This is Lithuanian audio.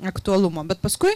aktualumo bet paskui